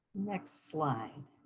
next slide.